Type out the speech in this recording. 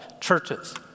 churches